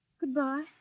Goodbye